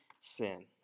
sin